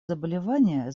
заболевания